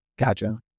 Gotcha